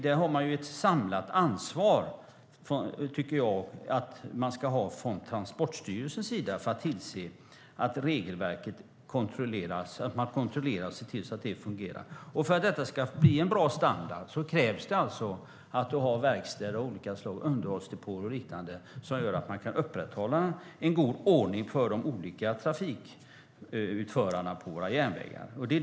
Där anser jag att Transportstyrelsen ska ha ett samlat ansvar att tillse och kontrollera att regelverket fungerar. För att det ska bli en bra standard krävs det att det finns verkstäder, underhållsdepåer och liknande som gör att man kan upprätthålla en god ordning för de olika trafikutförarna på våra järnvägar.